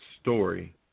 story